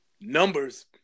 numbers